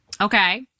Okay